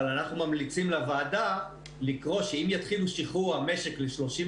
אבל אנחנו ממליצים לוועדה לקרוא לכך שאם יתחילו עם שחרור המשק ל-30%,